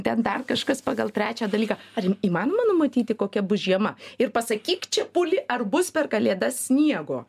ten dar kažkas pagal trečią dalyką ar įmanoma numatyti kokia bus žiema ir pasakyk čepuli ar bus per kalėdas sniego